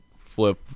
Flip